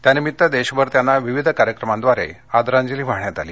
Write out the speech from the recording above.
त्यानिमित्त देशभर त्यांना विविध कार्यक्रमांद्वारे आदरांजली वाहण्यात आली